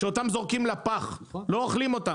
שאותם זורקים לפח ולא אוכלים.